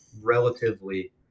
relatively